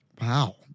Wow